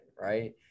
right